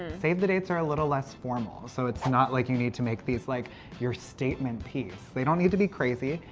save the dates are a little less formal. so, it's not like you need to make these like your statement piece. they don't need to be crazy.